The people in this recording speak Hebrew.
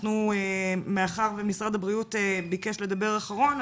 מאחר שמשרד הבריאות ביקש לדבר אחרון,